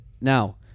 Now